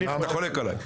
אתה חולק עליי.